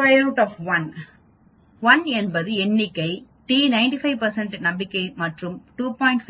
√1 l என்பது எண்ணிக்கை மற்றும் t 95 நம்பிக்கை மற்றும் 2